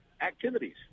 activities